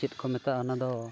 ᱪᱮᱫᱠᱚ ᱢᱮᱛᱟᱜᱼᱟ ᱚᱱᱟ ᱫᱚ